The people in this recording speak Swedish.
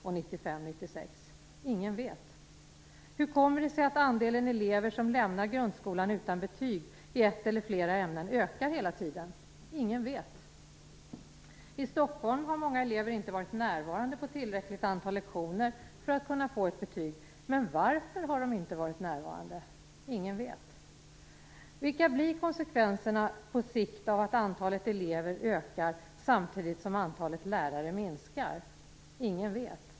Hur kommer det sig att andelen elever som lämnar grundskolan utan betyg i ett eller flera ämnen ökar hela tiden? Ingen vet. I Stockholm har många elever inte varit närvarande på tillräckligt antal lektioner för att kunna få ett betyg. Men varför har de inte varit närvarande? Ingen vet. Vilka blir konsekvenserna på sikt av att antalet elever ökar samtidigt som antalet lärare minskar? Ingen vet.